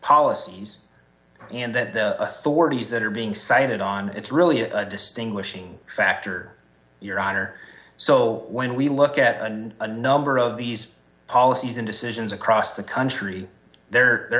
policies and that the authorities that are being cited on it's really a distinguishing factor your honor so when we look at and a number of these policies and decisions across the country there they're